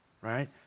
right